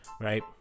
Right